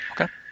Okay